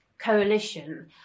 Coalition